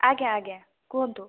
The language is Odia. ଆଜ୍ଞା ଆଜ୍ଞା କୁହନ୍ତୁ